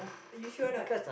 you sure or not